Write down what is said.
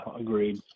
agreed